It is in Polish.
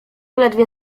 ledwie